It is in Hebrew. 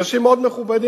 אנשים מאוד מכובדים,